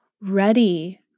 ready